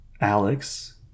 Alex